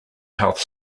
health